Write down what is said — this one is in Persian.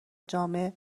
جامع